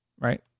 right